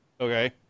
Okay